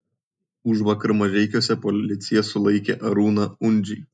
užvakar mažeikiuose policija sulaikė arūną undžį